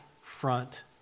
front